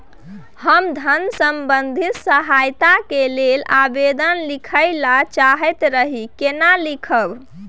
हम धन संबंधी सहायता के लैल आवेदन लिखय ल चाहैत रही केना लिखब?